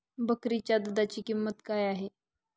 बकरीच्या दूधाची किंमत काय आहे?